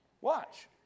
Watch